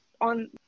on